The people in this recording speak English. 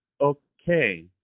okay